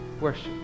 worship